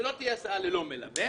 שלא תהיה הסעה ללא מלווה.